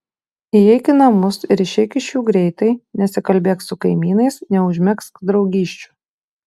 įeik į namus ir išeik iš jų greitai nesikalbėk su kaimynais neužmegzk draugysčių